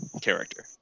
character